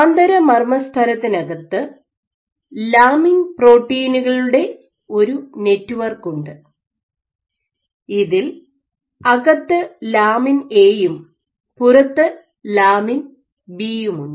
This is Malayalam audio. ആന്തരമർമ്മസ്തരത്തിനകത്ത് ലാമിൻ പ്രോട്ടീനുകളുടെ ഒരു നെറ്റ്വർക്ക് ഉണ്ട് ഇതിൽ അകത്ത് ലാമിൻ എ യും പുറത്ത് ലാമിൻ ബി യുമുണ്ട്